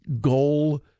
goal